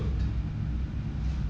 is it not done yet